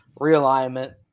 realignment